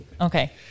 Okay